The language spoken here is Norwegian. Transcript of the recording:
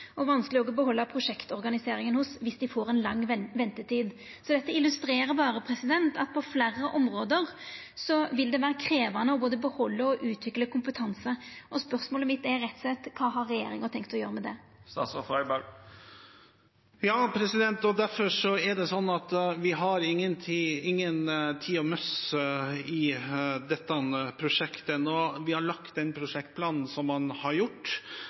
og òg vanskeleg å behalda prosjektorganiseringa om dei får lang ventetid. Dette illustrerer berre at på fleire område vil det vera krevjande både å behalda og å utvikla kompetanse. Spørsmålet mitt er rett og slett: Kva har regjeringa tenkt å gjera med det? Ja – og derfor er det sånn at vi har ingen tid å miste i dette prosjektet. Når vi har lagt den prosjektplanen vi har gjort,